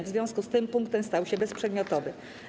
W związku z tym punkt ten stał się bezprzedmiotowy.